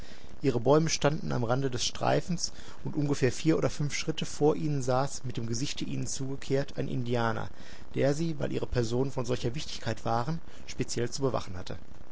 ihre bäume standen am rande des streifens und ungefähr vier oder fünf schritte vor ihnen saß mit dem gesichte ihnen zugekehrt ein indianer der sie weil ihre personen von solcher wichtigkeit waren speziell zu bewachen hatte